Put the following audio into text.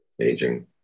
aging